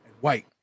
white